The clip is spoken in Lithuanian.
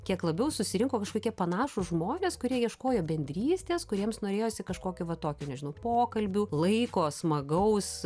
kiek labiau susirinko kažkokie panašūs žmonės kurie ieškojo bendrystės kuriems norėjosi kažkokio va tokio nežinau pokalbių laiko smagaus